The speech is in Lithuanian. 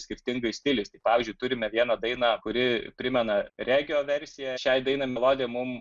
skirtingais stiliais tai pavyzdžiui turime vieną dainą kuri primena regio versiją šiai dainai melodiją mum